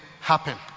happen